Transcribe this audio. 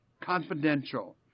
confidential